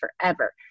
forever